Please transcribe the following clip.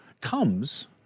comes